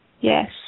Yes